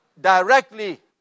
Directly